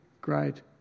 great